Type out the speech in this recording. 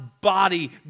body